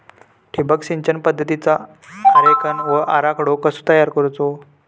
ठिबक सिंचन पद्धतीचा आरेखन व आराखडो कसो तयार करायचो?